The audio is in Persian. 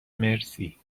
مرسی